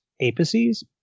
apices